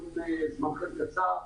אם זמנכם קצר...